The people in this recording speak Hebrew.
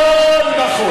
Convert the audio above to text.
הכול נכון.